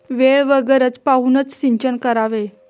वेळ व गरज पाहूनच सिंचन करावे